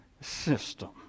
system